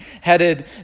headed